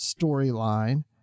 storyline